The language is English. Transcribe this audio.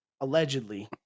allegedly